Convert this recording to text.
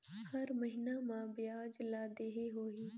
हर महीना मा ब्याज ला देहे होही?